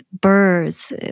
birds